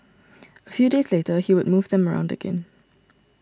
a few days later he would move them around again